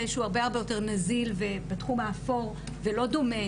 שהוא הרבה יותר נזיל בתחום האפור ולא דומה